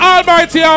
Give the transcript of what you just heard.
Almighty